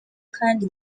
kandi